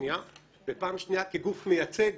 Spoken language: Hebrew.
ופעם שנייה כגוף מייצג